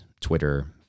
Twitter